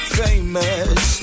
famous